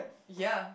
ya